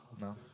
No